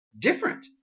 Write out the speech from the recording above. different